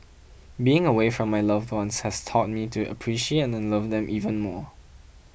being away from my loved ones has taught me to appreciate and love them even more